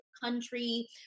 country